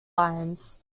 lions